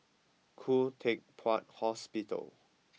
Khoo Teck Puat Hospital